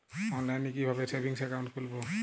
অনলাইনে কিভাবে savings account খুলবো?